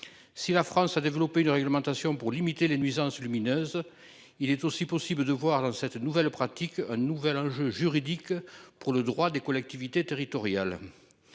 Si la France a développé une réglementation pour limiter les nuisances lumineuses. Il est aussi possible de voir dans cette nouvelle pratique un nouvel enjeu juridique pour le droit des collectivités territoriales.